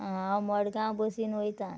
हांव मडगांव बसीन वयतां